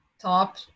top